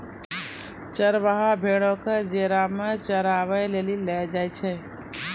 चरबाहा भेड़ो क जेरा मे चराबै लेली लै जाय छै